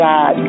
God